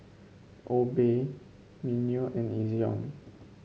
Obey Mimeo and Ezion